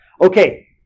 Okay